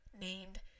named